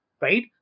right